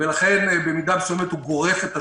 ולכן במידה מסוימת הוא גורף את השמנת.